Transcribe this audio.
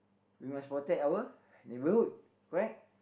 we must protect our neighbourhood correct